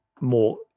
more